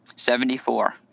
Seventy-four